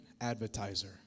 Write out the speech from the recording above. advertiser